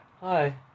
Hi